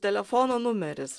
telefono numeris